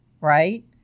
right